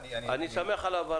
אני שמח על ההבהרה.